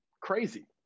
crazy